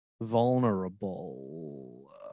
vulnerable